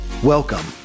Welcome